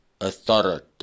authority